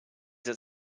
that